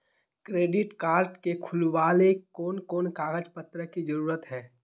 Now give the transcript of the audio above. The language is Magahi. क्रेडिट कार्ड के खुलावेले कोन कोन कागज पत्र की जरूरत है?